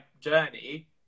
journey